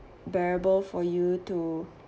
bearable for you to